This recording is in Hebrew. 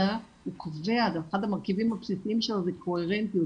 --- אחד המרכיבים בסיסיים שלו זה קוהרנטיות,